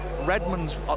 Redmond's